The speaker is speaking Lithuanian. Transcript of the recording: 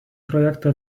projektą